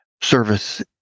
service